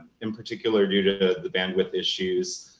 in particular due to the bandwidth issues.